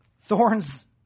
thorns